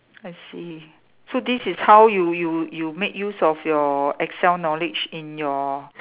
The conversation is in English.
I see so this is how you you you make use of your Excel knowledge in your